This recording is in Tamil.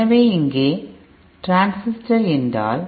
எனவே இங்கே ட்ரான்சிஸ்டர் என்றால்